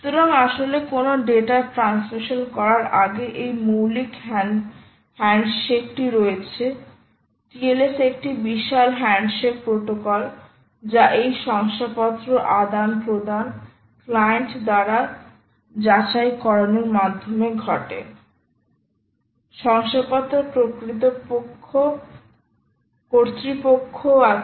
সুতরাং আসলে কোনও ডেটা ট্রান্সমিশন করার আগে এই মৌলিক হ্যান্ডশেকটি রয়েছে TLS একটি বিশাল হ্যান্ডশেক প্রোটোকল যা এই শংসাপত্র আদান প্রদান ক্লায়েন্ট দ্বারা যাচাইকরণের মাধ্যমে ঘটে শংসাপত্র কর্তৃপক্ষ ও আছে